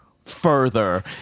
further